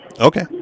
Okay